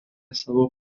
savo